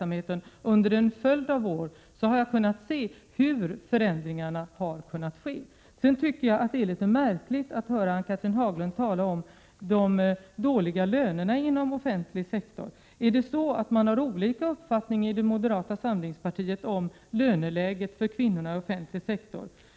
1987/88:120 verksamheten har kunnat se dessa förändringar. 16 maj 1988 Jag tycker det är litet märkligt att höra Ann-Cathrine Haglund tala om de dåliga lönerna inom den offentliga sektorn. Är det så att man har olika uppfattningar i moderata samlingspartiet om löneläget för kvinnorna inom den offentliga sektorn?